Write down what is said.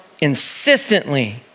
insistently